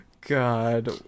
god